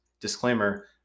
Disclaimer